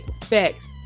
facts